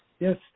Yes